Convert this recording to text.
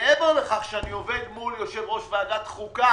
מעבר לכך שאני עובד מול יושב-ראש ועדת החוקה